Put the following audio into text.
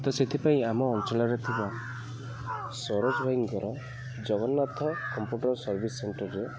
ତ ସେଥିପାଇଁ ଆମ ଅଞ୍ଚଳରେ ଥିବା ସରୋଜ ଭାଇଙ୍କର ଜଗନ୍ନାଥ କମ୍ପୁଟର୍ ସର୍ଭିସ୍ ସେଣ୍ଟର୍ରେ